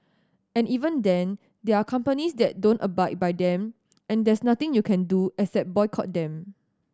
and even then there are companies that don't abide by them and there's nothing you can do except boycott them